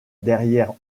derrière